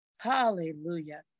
hallelujah